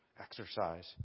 exercise